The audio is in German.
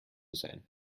sein